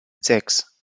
sechs